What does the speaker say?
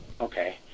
Okay